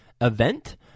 event